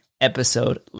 episode